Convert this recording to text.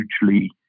hugely